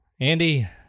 Andy